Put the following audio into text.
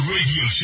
Radio